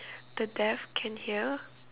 the deaf can hear